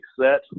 set